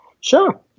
Sure